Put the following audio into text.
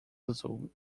azul